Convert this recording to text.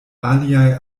aliaj